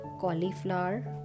cauliflower